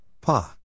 Pa